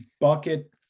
bucket